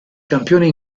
campione